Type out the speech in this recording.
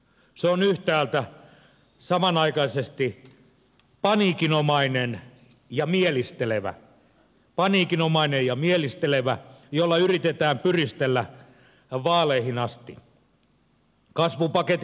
se on samanaikaisesti paniikinomainen ja mielistelevä paniikinomainen ja mielistelevä ja sillä yritetään pyristellä vaaleihin asti